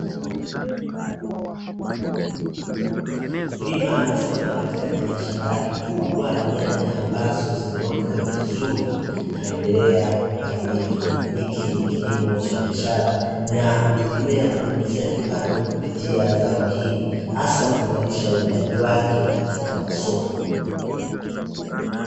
Mkulima amesimama katikati ya shamba lake kubwa la nyanya ambazo zimeota vizuri anaendelea kupalilia. Hiki ni kilimo cha biashara na hutegemea kujiingizia kipato kupitia zao hili, hasa ukilinganisha uhitaji wake katika masoko.